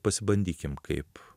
pasibandykime kaip